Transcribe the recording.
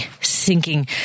sinking